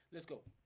let's go